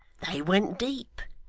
they went deep,